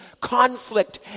conflict